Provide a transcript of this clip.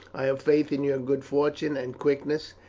i have faith in your good fortune and quickness,